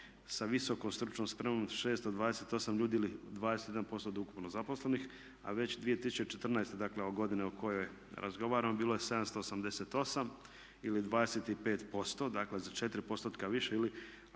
sa visokom stručnom spremom 628 ljudi ili 21% od ukupno zaposlenih, a već 2014., dakle o godini o kojoj razgovaramo bilo je 788 ili 25%. Dakle, za 4 postotka